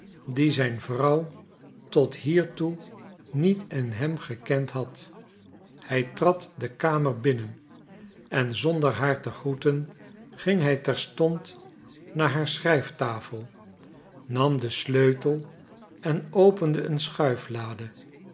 die zijn vrouw tot hiertoe niet in hem gekend had hij trad de kamer binnen en zonder haar te groeten ging hij terstond naar haar schrijftafel nam den sleutel en opende een